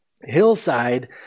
hillside